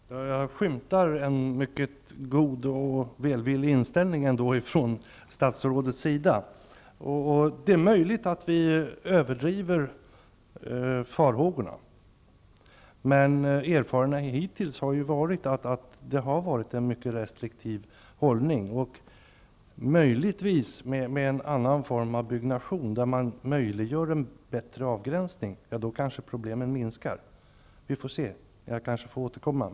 Fru talman! Jag skymtar en mycket god och välvillig inställning från statsrådet. Det är möjligt att vi överdriver farhågorna. Erfarenheterna hittills har ju visat att man har haft en mycket restriktiv hållning. Med en annan form av byggnation där man möjliggör en bättre avgränsning minskar kanske problemen. Vi får se. Jag kanske får återkomma.